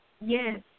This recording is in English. Yes